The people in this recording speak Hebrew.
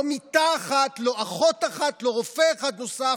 לא מיטה אחת, לא אחות אחת, לא רופא אחד נוסף.